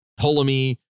Ptolemy